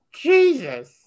Jesus